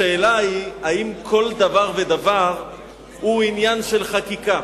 השאלה היא אם כל דבר ודבר הוא עניין של חקיקה.